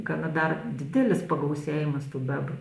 gana dar didelis pagausėjimas tų bebrų